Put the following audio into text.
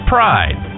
Pride